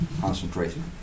concentration